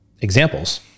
examples